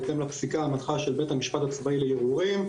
בהתאם לפסיקה המנחה של בית המשפט הצבאי לערעורים,